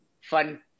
fun